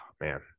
Man